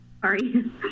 sorry